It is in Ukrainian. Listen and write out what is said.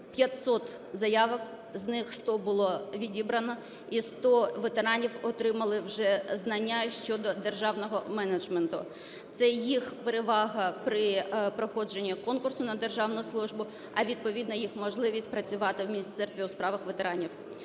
500 заявок, з них 100 було відібрано, і 100 ветеранів отримали вже знання щодо державного менеджменту. Це їх перевага при проходженні конкурсу на державну службу, а відповідно їх можливість працювати в Міністерстві у справах ветеранів.